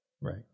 Right